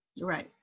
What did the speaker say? Right